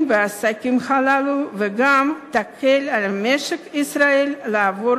בעסקים הללו וגם יקל על המשק הישראלי לעבור